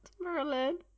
Merlin